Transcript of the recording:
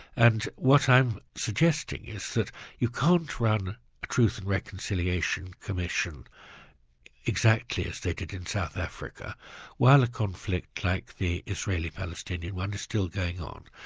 and what i'm suggesting is that you can't run a truth and reconciliation commission exactly as they did in south africa while a conflict like the israeli-palestinian one is still going on,